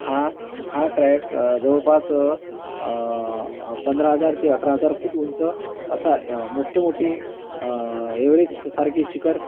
हा हा ट्रॅक जवळपास पंधरा हजार ते अठरा हजार फूट उंच असा मोठ्ठे मोठे एवररेस्टसारखे शिखर